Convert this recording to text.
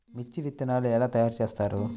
మిర్చి విత్తనాలు ఎలా తయారు చేస్తారు?